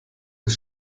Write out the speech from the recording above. des